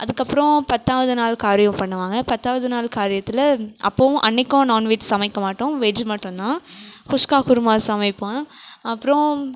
அதுக்கப்றம் பத்தாவது நாள் காரியம் பண்ணுவாங்க பத்தாவது நாள் காரியத்தில் அப்பவும் அன்னிக்கும் நான்வெஜ் சமைக்க மாட்டோம் வெஜ் மட்டுந்தான் குஸ்கா குருமா சமைப்போம் அப்றம்